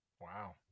Wow